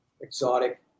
exotic